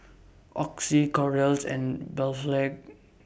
Oxy Kordel's and